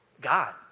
God